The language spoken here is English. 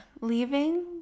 leaving